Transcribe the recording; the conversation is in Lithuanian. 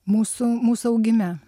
mūsų mūsų augime